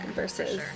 versus